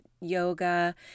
yoga